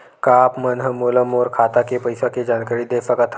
का आप मन ह मोला मोर खाता के पईसा के जानकारी दे सकथव?